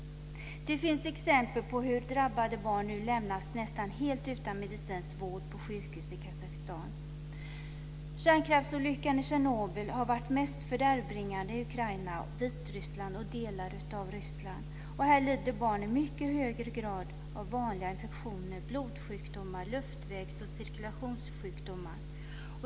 Det finns exempel på hur drabbade barn nu lämnas nästan helt utan medicinsk vård på sjukhus Kärnkraftsolyckan i Tjernobyl har varit mest färdärvbringande i Ukraina, Vitryssland och delar av Ryssland. Här lider barn i mycket högre grad än vanligt av infektioner, blodsjukdomar, luftvägs och cirkulationssjukdomar.